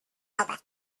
helper